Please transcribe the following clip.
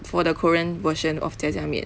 for the korean version of 炸酱面